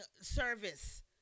service